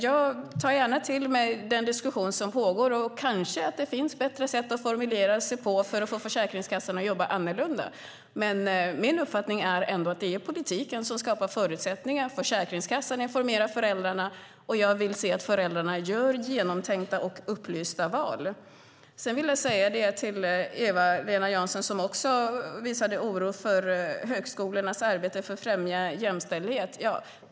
Jag tar gärna till mig den diskussion som pågår. Det kanske finns bättre sätt att formulera sig för att få Försäkringskassan att jobba annorlunda. Men min uppfattning är att det är politiken som skapar förutsättningarna. Försäkringskassan informerar föräldrarna, och jag vill se att föräldrarna gör genomtänkta och upplysta val. Eva-Lena Jansson visade också oro för högskolornas arbete för att främja jämställdhet.